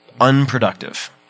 unproductive